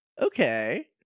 Okay